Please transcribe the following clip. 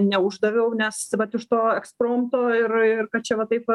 neuždaviau nes vat iš to ekspromto ir ir kad čia vat taip va